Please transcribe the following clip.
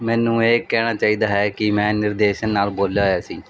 ਮੈਨੂੰ ਇਹ ਕਹਿਣਾ ਚਾਹੀਦਾ ਹੈ ਕਿ ਮੈਂ ਨਿਰਦੇਸ਼ ਨਾਲ ਬੋਲਿਆ ਹੋਇਆ ਸੀ